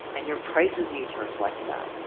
and your prices need to reflect that.